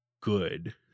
good